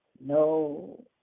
No